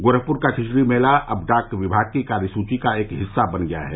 गोरखपुर का खिचड़ी मेला अब डाक विभाग की कार्यसुची का एक हिस्सा बन गया है